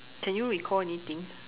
can you recall anything